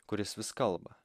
kuris vis kalba